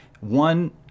one